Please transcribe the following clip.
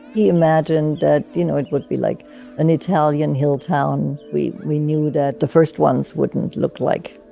he imagined that, you know, it would be like an italian hill town. we we knew that the first ones wouldn't look like,